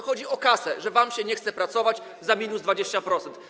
Chodzi o kasę, wam się nie chce pracować za minus 20%.